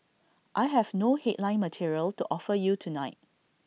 I have no headline material to offer you tonight